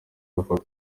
hafatwa